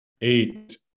eight